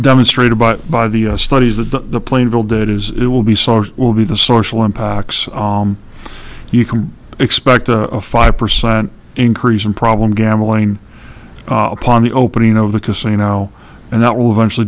demonstrated but by the study is that the playing field that is it will be solved will be the social impacts you can expect a five percent increase in problem gambling upon the opening of the casino and that will eventually